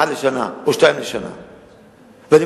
אחת לשנה או שתיים לשנה.